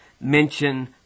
mention